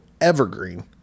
Evergreen